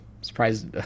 Surprised